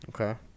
Okay